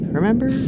remember